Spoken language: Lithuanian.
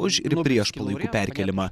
už ir prieš palaikų perkėlimą